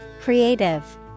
Creative